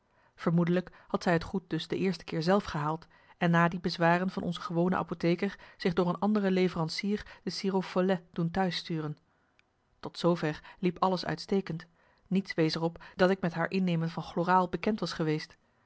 vermoedelijk had zij het goed dus de eerste keer zelf gehaald en na die bezwaren van onze gewone apotheker zich door een andere leverancier de sirop follet doen t'huis sturen tot zoover liep alles uitstekend niets wees er op dat ik met haar innemen van chloraal bekend was geweest